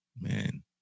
man